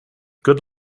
good